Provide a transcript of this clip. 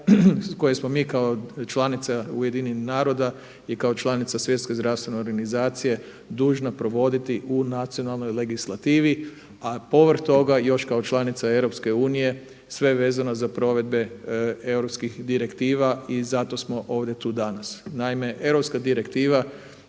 koje smo mi kao članica UN-a i kao članica Svjetske zdravstvene organizacije dužna provoditi u nacionalnoj legislativi, a povrh toga još kao članica EU sve vezano za provedbe europskih direktiva i zato smo ovdje tu danas. Naime, europska direktiva